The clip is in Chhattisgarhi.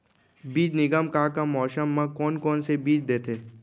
बीज निगम का का मौसम मा, कौन कौन से बीज देथे?